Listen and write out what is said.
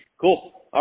Cool